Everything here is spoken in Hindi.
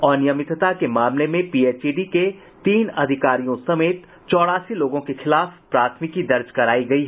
अनियमितता के मामले में पीएचईडी के तीन अधिकारियों समेत चौरासी लोगों के खिलाफ प्राथमिकी दर्ज करायी गयी है